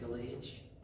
age